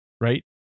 right